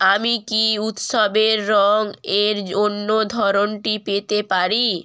আমি কি উৎসবের রঙ এর অন্য ধরনটি পেতে পারি